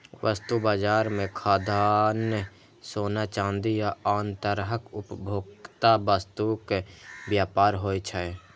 वस्तु बाजार मे खाद्यान्न, सोना, चांदी आ आन तरहक उपभोक्ता वस्तुक व्यापार होइ छै